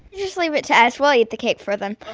just leave it to us. we'll eat the cake for them